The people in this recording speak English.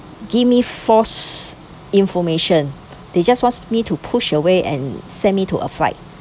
give me false information they just watched me to push me away and send me to a flight